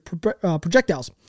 projectiles